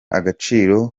agaciro